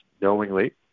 knowingly